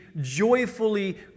joyfully